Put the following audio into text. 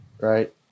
right